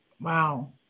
Wow